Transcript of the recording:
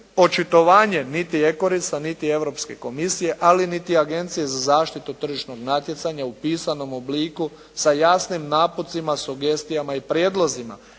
očitovanje niti "Ekorista" niti Europske komisije, ali niti Agencije za zaštitu tržišnog natjecanja u pisanom obliku sa jasnim naputcima, sugestijama i prijedlozima